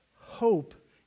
hope